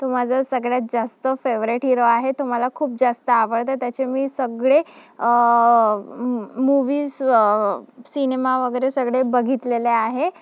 तो माझा सगळ्यात जास्त फेवरेट हिरो आहे तो मला खूप जास्त आवडतं त्याचे मी सगळे मू मूव्हीज सिनेमा वगैरे सगळे बघितलेले आहे